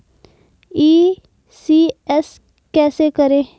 ECS कैसे करें?